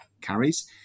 carries